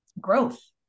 growth